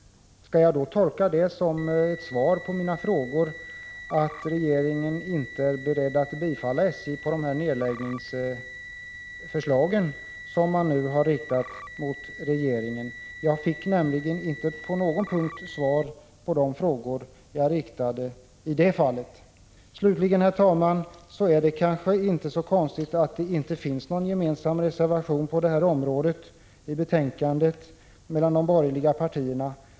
Skall jag tolka det som ett svar på mina frågor om de nedläggningsförslag som SJ lämnat till regeringen och som ett besked om att regeringen inte är beredd att bifalla dessa förslag? Jag fick nämligen inte på någon punkt direkt svar på de frågor jag ställde. Slutligen vill jag säga, herr talman, att det kanske inte är så konstigt att det inte finns någon gemensam reservation från de borgerliga partierna.